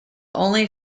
only